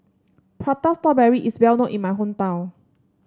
Prata Strawberry is well known in my hometown